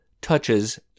touches